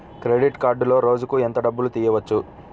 Credit కార్డులో రోజుకు ఎంత డబ్బులు తీయవచ్చు?